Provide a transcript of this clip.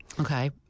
Okay